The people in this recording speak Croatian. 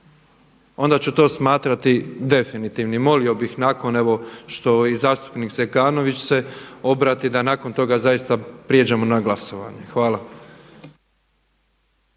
onda ću to smatrati definitivnim. Molimo bih nakon evo što i zastupnik Zekanović se obrati da nakon toga zaista pređemo na glasovanje. Hvala.